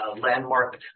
landmark